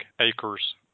acres